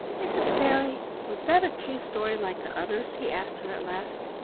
mrs. fairy, was that a true story like the others? he asked her at last.